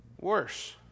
worse